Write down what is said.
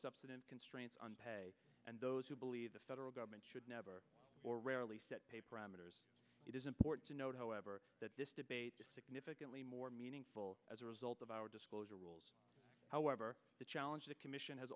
substance constraints on pay and those who believe the federal government should never or rarely set paper on matters it is important to note however that this debate significantly more meaningful as a result of our disclosure rules however the challenge the commission has